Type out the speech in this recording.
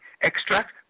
Extract